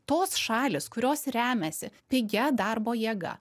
tos šalys kurios remiasi pigia darbo jėga